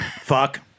Fuck